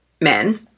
men